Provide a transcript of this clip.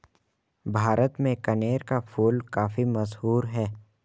भारत में कनेर का फूल काफी मशहूर है